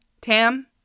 Tam